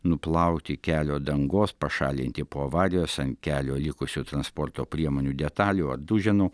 nuplauti kelio dangos pašalinti po avarijos ant kelio likusių transporto priemonių detalių duženų